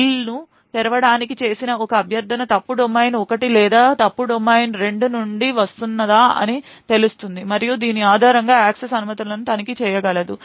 ఫైల్ను తెరవడానికి చేసిన ఒక అభ్యర్థన ఫాల్ట్ డొమైన్ 1 లేదా ఫాల్ట్ డొమైన్ రెండు నుండి వస్తున్నదా అని తెలుస్తుంది మరియు దీని ఆధారంగా యాక్సెస్ అనుమతులను తనిఖీ చేయగలదు